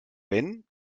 wenn